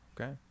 Okay